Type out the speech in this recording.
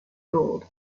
gold